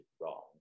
wrong